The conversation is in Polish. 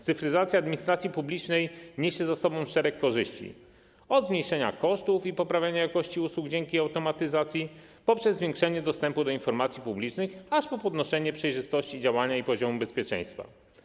Cyfryzacja administracji publicznej niesie ze sobą szereg korzyści, od zmniejszania kosztów i poprawiania jakości usług dzięki automatyzacji, poprzez zwiększanie dostępu do informacji publicznych, aż po zwiększanie przejrzystości działania i poziomu bezpieczeństwa.